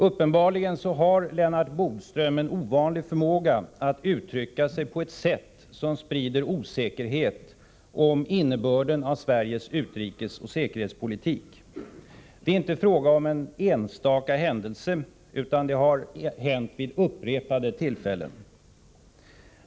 Uppenbarligen har Lennart Bodström en ovanlig förmåga att uttrycka sig på ett sätt som sprider osäkerhet om innebörden av Sveriges utrikesoch säkerhetspolitik. Det är inte fråga om en enstaka händelse, utan det har hänt vid upprepade tillfällen.